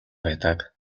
байдаг